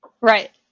Right